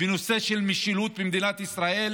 בנושא של משילות במדינת ישראל,